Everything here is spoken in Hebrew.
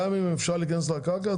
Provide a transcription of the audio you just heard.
גם אם אפשר להיכנס לקרקע,